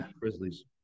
Grizzlies